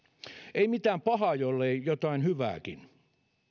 ei mitään pahaa jollei jotain hyvääkin